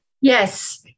Yes